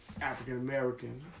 African-American